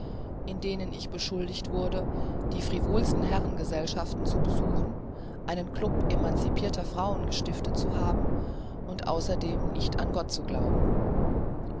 in denen ich beschuldigt wurde die frivolsten herrengesellschaften zu besuchen einen klubb emancipirter frauen gestiftet zu haben und außerdem nicht an gott zu glauben